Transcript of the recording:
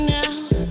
now